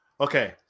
okay